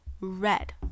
red